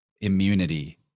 immunity